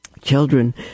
Children